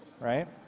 right